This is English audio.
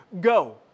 go